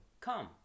come